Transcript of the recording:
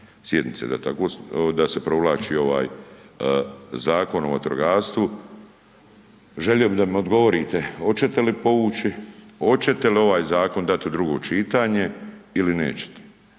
da tako, da se provlači ovaj Zakon o vatrogastvu. Želio bi da mi odgovorite oćete li povući, oćete li ovaj zakon dati u drugo čitanje ili nećete?